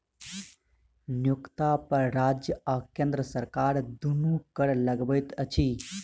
नियोक्ता पर राज्य आ केंद्र सरकार दुनू कर लगबैत अछि